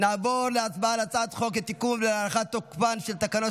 נעבור להצבעה על הצעת חוק לתיקון ולהארכת תוקפן של תקנות